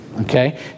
Okay